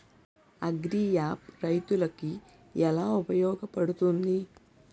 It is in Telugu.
అగ్రియాప్ రైతులకి ఏలా ఉపయోగ పడుతుంది?